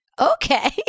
Okay